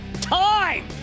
Time